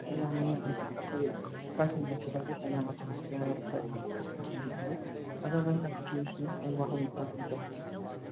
ꯌꯥꯅꯤ ꯌꯥꯅꯤ ꯃꯦꯝ ꯑꯩꯈꯣꯏ ꯐꯥꯏꯚ ꯃꯤꯅꯤꯠ ꯁꯤꯕꯥꯎꯗꯒꯤ ꯍꯦꯟꯅ ꯃꯇꯝ ꯂꯧꯖꯔꯔꯣꯏ ꯑꯩꯈꯣꯏ ꯑꯉꯝꯕ ꯊꯥꯛꯇ ꯍꯣꯠꯅꯖꯔꯤ ꯑꯗꯣ ꯃꯦꯝ ꯑꯦꯛꯁꯀ꯭ꯋꯨꯁ ꯃꯤ ꯑꯩ ꯋꯥꯍꯪ ꯑꯝꯇꯪ ꯍꯪꯖꯍꯧꯒꯦ